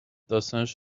داستانش